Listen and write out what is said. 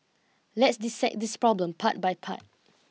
let's dissect this problem part by part